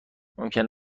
ممکن